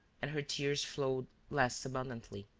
and her tears flowed less abundantly.